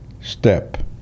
step